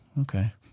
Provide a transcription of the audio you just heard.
Okay